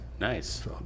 nice